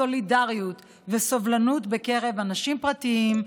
סולידריות וסובלנות בקרב אנשים פרטיים,